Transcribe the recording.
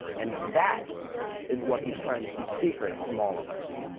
and that is what he's trying to keep secret from all of us.